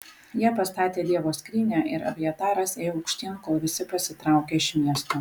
jie pastatė dievo skrynią ir abjataras ėjo aukštyn kol visi pasitraukė iš miesto